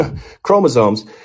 chromosomes